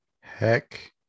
Heck